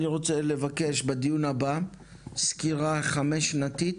אני רוצה לבקש בדיון הבא סקירה חמש שנתית